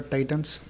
Titans